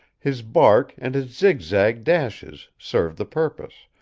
his bark and his zigzag dashes served the purpose,